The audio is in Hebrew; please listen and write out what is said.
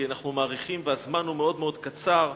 כי אנחנו מאריכים והזמן מאוד קצר.